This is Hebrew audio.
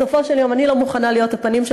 בסופו של יום אני לא מוכנה להיות הפנים של